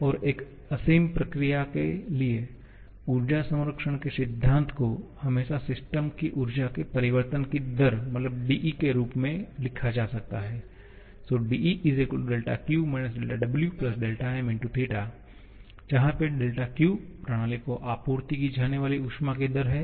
और एक असीम प्रक्रिया के लिए ऊर्जा संरक्षण के सिद्धांत को हमेशा सिस्टम की ऊर्जा के परिवर्तन की दर के रूप में लिखा जा सकता है 𝑑𝐸 𝛿𝑄 − 𝛿𝑊 𝛿𝑚θ जहा पे δQ प्रणाली को आपूर्ति की जाने वाली ऊष्मा की दर है